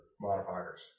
modifiers